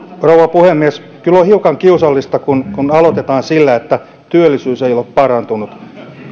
rouva puhemies kyllä on hiukan kiusallista kun kun aloitetaan sillä että työllisyys ei ole parantunut